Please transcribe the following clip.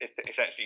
essentially